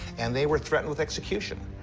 and they were threatened with execution.